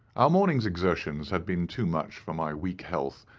our morning's exertions had been too much for my weak health,